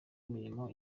imirimo